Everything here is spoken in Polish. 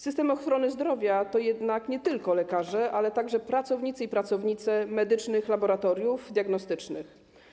System ochrony zdrowia to jednak nie tylko lekarze, ale także pracownicy i pracownice medycznych laboratoriów diagnostycznych.